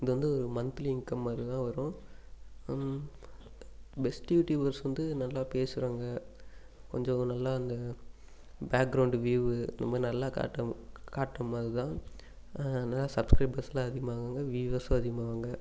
இங்கே வந்து monthly income மாதிரிதான் வரும் பெஸ்ட்டு யூடியூபர்ஸ் வந்து நல்லா பேசுகிறவங்க கொஞ்சம் நல்லா இந்த பேக்ரவுண்ட்டு வியூ இந்த மாதிரி நல்லா காட்டும் காட்டும் போது தான் நிறைய சப்ஸ்க்ரைபர்ஸ்லாம் அதிகமாகுவாங்க வியூவர்ஸும் அதிகமாகுவாங்க